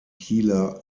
kieler